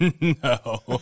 No